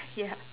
ya